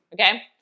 okay